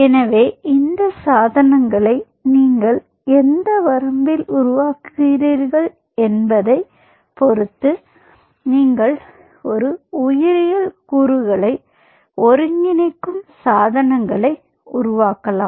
எனவே இந்த சாதனங்களை நீங்கள் எந்த வரம்பில் உருவாக்குகிறீர்கள் என்பதைப் பொறுத்து நீங்கள் ஒரு உயிரியல் கூறுகளை ஒருங்கிணைக்கும் சாதனங்களை உருவாக்கலாம்